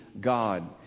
God